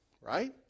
Right